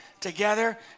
together